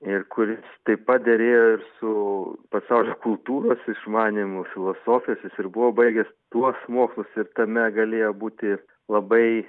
ir kuris taip pat derėjo su pasaulio kultūros išmanymu filosofijos jis ir buvo baigęs tuos mokslus ir tame galėjo būti labai